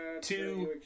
two